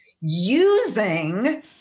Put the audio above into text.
using